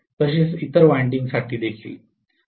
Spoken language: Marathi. तसेच इतर वायंडिंगसाठी